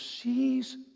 sees